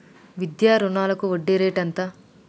విద్యా రుణాలకు వడ్డీ రేటు ఎంత?